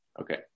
okay